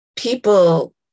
People